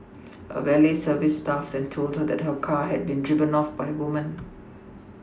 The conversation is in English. a valet service staff then told her that her car had been driven off by a woman